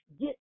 Get